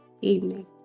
evening